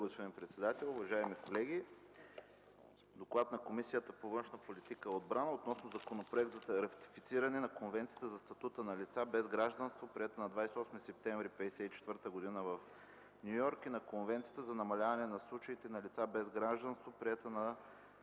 господин председател. Уважаеми колеги! „ДОКЛАД на Комисията по външна политика и отбрана, относно Законопроект за ратифициране на Конвенцията за статута на лицата без гражданство, приета на 28 септември 1954 г. в Ню Йорк, и на Конвенцията за намаляване на случаите на лица без гражданство, приета на